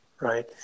Right